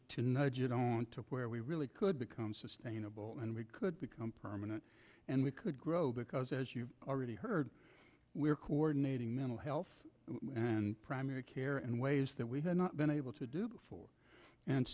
on to where we really could become sustainable and we could become permanent and we could grow because as you already heard we're coordinating mental health and primary care and ways that we have not been able to do before and